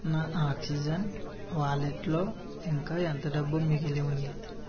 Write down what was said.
నా oxygen wallet లో ఇంకా ఎంత డబ్బు మిగిలి ఉంది